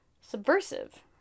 subversive